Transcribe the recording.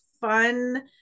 fun